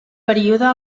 període